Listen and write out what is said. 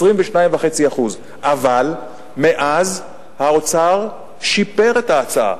22.5%. אבל מאז האוצר שיפר את ההצעה,